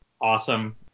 awesome